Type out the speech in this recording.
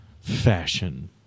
fashion